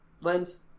Lens